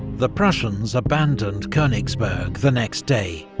the prussians abandoned konigsberg the next day,